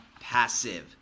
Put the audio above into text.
passive